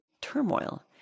turmoil